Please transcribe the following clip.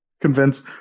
Convince